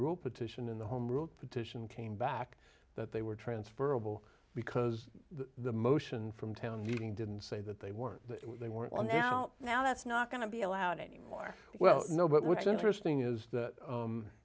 rule petition in the home rule petition came back that they were transferable because the motion from town meeting didn't say that they weren't they weren't on now now that's not going to be allowed anymore well no but what's interesting is that